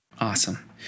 Awesome